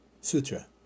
sutra